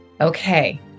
Okay